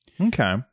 Okay